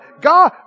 God